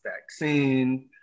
vaccine